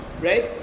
right